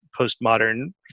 postmodern